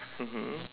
mmhmm